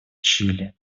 чили